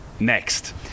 next